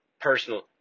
personal